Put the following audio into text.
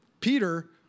Peter